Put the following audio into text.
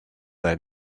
they